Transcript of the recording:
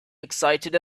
excited